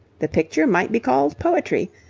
the picture might be called poetry,